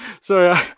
Sorry